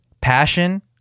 Passion